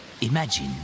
imagine